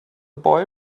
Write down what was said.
boy